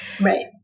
right